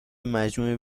مجموعه